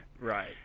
Right